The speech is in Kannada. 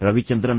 ರವಿಚಂದ್ರನ್